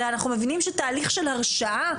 הרי אנחנו מבינים שתהליך של הרשעה,